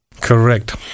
Correct